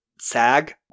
SAG